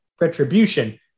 Retribution